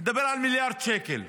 נדבר על 1 מיליארד שקל,